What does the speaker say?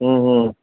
हूं हूं